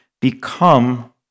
become